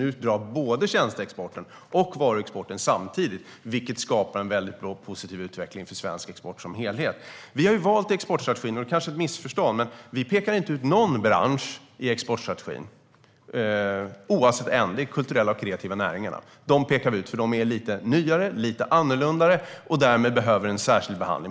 Nu drar både tjänsteexporten och varuexporten samtidigt, vilket skapar en väldigt bra och positiv utveckling för svensk export som helhet. Vi har valt en exportstrategi. Det kanske är något missförstånd, men vi pekar inte ut någon bransch i exportstrategin bortsett från en, och det är de kulturella och kreativa näringarna. Dem pekar vi ut, för de är lite nyare och lite annorlunda och behöver därmed en särskild behandling.